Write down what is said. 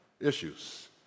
issues